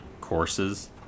courses